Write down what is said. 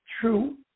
true